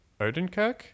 Odenkirk